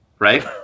Right